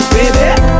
Baby